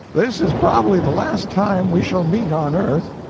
this is probably the last time we shall meet on earth.